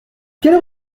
quelle